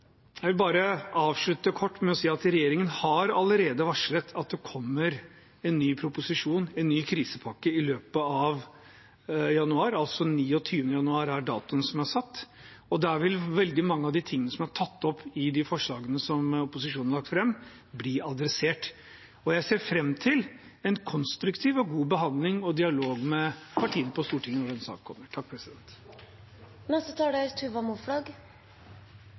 Jeg vil avslutte kort med å si at regjeringen allerede har varslet at det kommer en ny proposisjon – en ny krisepakke – i løpet av januar. Den 29. januar er datoen som er satt. Der vil veldig mye av det som er tatt opp i de forslagene som opposisjonen har lagt fram, bli adressert. Jeg ser fram til en konstruktiv og god behandling og dialog med partiene på Stortinget når den saken kommer. Nå er det ti måneder siden Norge stengte ned. Hvordan dette har påvirket oss, er